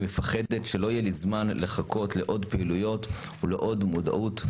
מפחדת שלא יהיה לי זמן לחכות לעוד פעילויות ולעוד מודעות.